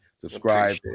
Subscribe